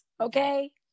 Okay